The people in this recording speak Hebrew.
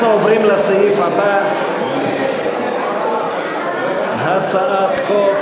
אנחנו עוברים לסעיף הבא: הצעת חוק